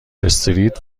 استریت